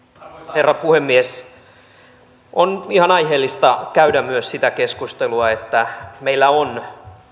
herra puhemies on ihan aiheellista käydä myös sitä keskustelua että meillä on